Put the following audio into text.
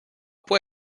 può